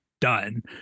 done